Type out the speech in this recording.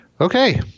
Okay